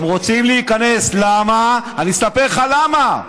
הוא רוצה להחזיר אותנו 3,000 שנה אחורה.